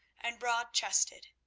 and broad chested,